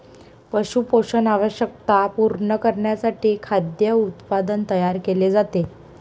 पशु पोषण आवश्यकता पूर्ण करण्यासाठी खाद्य उत्पादन तयार केले जाते